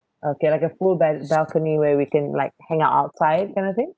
okay like a full bal~ balcony where we can like hang out outside kind of thing